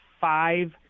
five